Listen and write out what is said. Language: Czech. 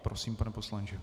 Prosím, pane poslanče.